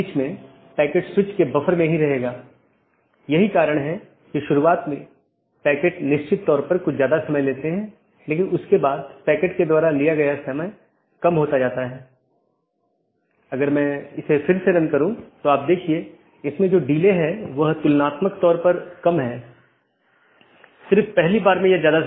इसलिए यदि यह बिना मान्यता प्राप्त वैकल्पिक विशेषता सकर्मक विशेषता है इसका मतलब है यह बिना किसी विश्लेषण के सहकर्मी को प्रेषित किया जा रहा है